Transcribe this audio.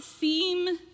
seem